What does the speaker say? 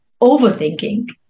overthinking